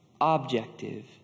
objective